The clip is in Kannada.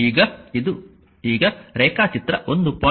ಈಗ ಇದು ಈಗ ರೇಖಾಚಿತ್ರ 1